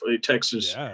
Texas